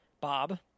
Bob